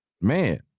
man